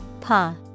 PA